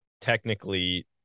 technically